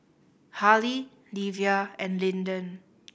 Hali Livia and Lyndon